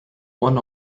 one